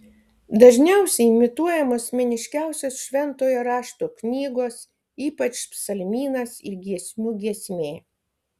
dažniausiai imituojamos meniškiausios šventojo rašto knygos ypač psalmynas ir giesmių giesmė